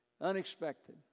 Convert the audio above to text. unexpected